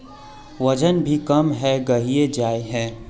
वजन भी कम है गहिये जाय है?